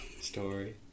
Story